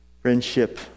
Friendship